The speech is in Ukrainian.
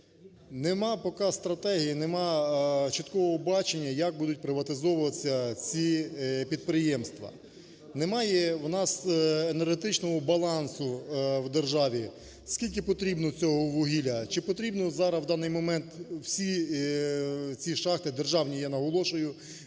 немає поки стратегії, немає чіткого бачення як будутьприватизовуватися ці підприємства. Немає в нас енергетичного балансу в державі скільки потрібно цього вугілля чи потрібно зараз в даний момент всі ці шахти державні, я наголошую,